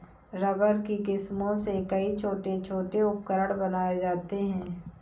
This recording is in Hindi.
रबर की किस्मों से कई छोटे छोटे उपकरण बनाये जाते हैं